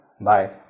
Bye